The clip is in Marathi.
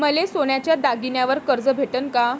मले सोन्याच्या दागिन्यावर कर्ज भेटन का?